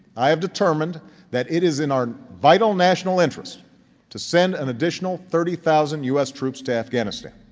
i have determined that it is in our vital national interest to send an additional thirty thousand u s. troops to afghanistan.